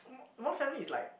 mm modern family is like